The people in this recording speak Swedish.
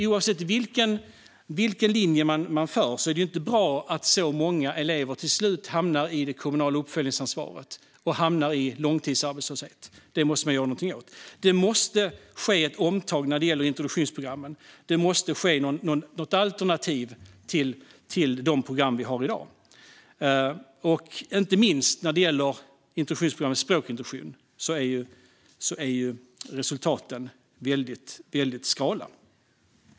Oavsett vilken linje man för är det ju inte bra att så många elever till slut hamnar i det kommunala uppföljningsansvaret och i långtidsarbetslöshet. Det måste man göra någonting åt. Det måste ske ett omtag när det gäller introduktionsprogrammen, och det måste skapas något alternativ till dagens program - inte minst introduktionsprogrammet språkintroduktion. Där är resultaten väldigt skrala.